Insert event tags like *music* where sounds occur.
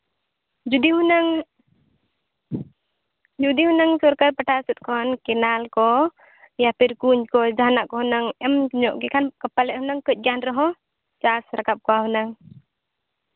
ᱡᱩᱫᱤ ᱦᱩᱱᱟᱹᱝ ᱡᱩᱫᱤ ᱦᱩᱱᱟᱹᱝ ᱥᱚᱨᱠᱟᱨ ᱯᱟᱦᱴᱟ ᱥᱮᱫ ᱠᱷᱚᱱ ᱠᱮᱱᱮᱞ ᱠᱚ *unintelligible* ᱠᱩᱧ ᱠᱚ ᱡᱟᱦᱟᱸᱱᱟᱜ ᱠᱚ ᱦᱩᱱᱟᱹᱝ ᱮᱢ ᱧᱚᱜ ᱠᱮ ᱠᱷᱟᱱ ᱯᱟᱞᱮᱜ ᱦᱩᱱᱟᱹᱝ ᱠᱟᱺᱪ ᱜᱟᱱ ᱨᱮᱦᱚᱸ ᱪᱟᱥ ᱨᱟᱠᱟᱵ ᱠᱚᱜᱼᱟ ᱦᱩᱱᱟᱹᱝ